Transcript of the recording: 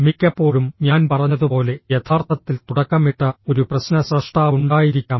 മിക്കപ്പോഴും ഞാൻ പറഞ്ഞതുപോലെ യഥാർത്ഥത്തിൽ തുടക്കമിട്ട ഒരു പ്രശ്ന സ്രഷ്ടാവ് ഉണ്ടായിരിക്കാം